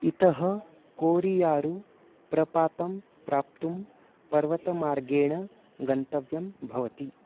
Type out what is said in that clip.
इतः कोरियारु प्रपातं प्राप्तुं पर्वतमार्गेण गन्तव्यं भवति